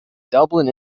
dublin